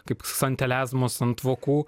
kaip santeliazmos ant vokų